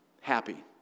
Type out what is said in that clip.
happy